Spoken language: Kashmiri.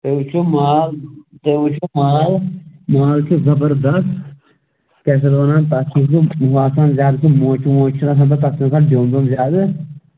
تُہۍ وُچھِو مال تُہۍ وُچھِو مال مال چھُ زَبردَست کیٛاہ چھِ اَتھ وَنان تَتھ چھُس بہٕ آسان زیادٕ کیٚنٛہہ موچہِ ووچہِ چھِنہٕ آسان تَتھ چھُ آسان ڈیٚوم ویمب زیادٕ